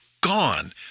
gone